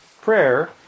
prayer